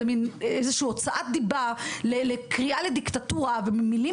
זה מין איזשהו הוצאת דיבה לקריאה לדיקטטורה ומילים